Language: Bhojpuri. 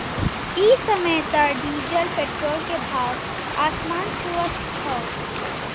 इ समय त डीजल पेट्रोल के भाव आसमान छुअत हौ